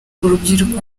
urubyiruko